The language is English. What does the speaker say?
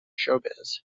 showbiz